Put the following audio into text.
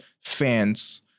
fans